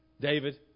David